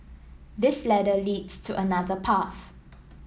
this ladder leads to another path